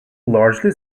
largely